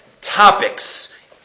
topics